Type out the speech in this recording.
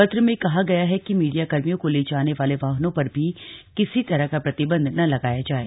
पत्र में कहा गया है कि मीडिया कर्मियों को ले जाने वाले वाहनों पर भी किसी तरह का प्रतिबंध न लगाया जाये